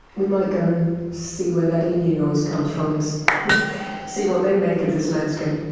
we might go and see where that emu noise comes from and see what they make of this landscape.